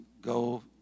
go